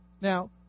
Now